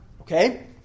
Okay